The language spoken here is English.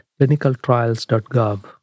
clinicaltrials.gov